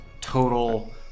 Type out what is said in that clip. Total